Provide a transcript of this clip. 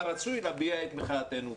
אבל רצוי להביע את מחאתנו,